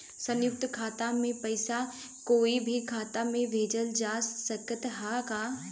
संयुक्त खाता से पयिसा कोई के खाता में भेजल जा सकत ह का?